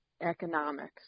economics